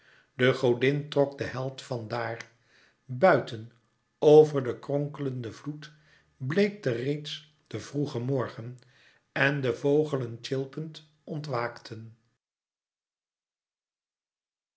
de godin trok den held van daar buiten over den kronkelenden vloed bleekte reeds de vroege morgen en de vogelen tjilpend ontwaakten